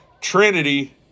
Trinity